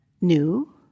new